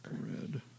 red